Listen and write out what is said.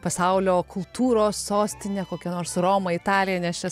pasaulio kultūros sostine kokią nors romą italiją nes čia